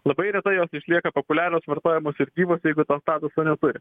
labai retai jos išlieka populiarios vartojamos ir gyvos jeigu to statuso neturi